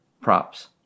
props